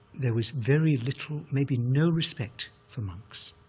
there was very little, maybe no respect for monks.